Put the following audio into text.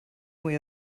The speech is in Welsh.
mwy